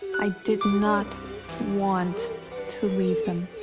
i did not want to leave them.